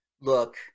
look